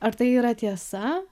ar tai yra tiesa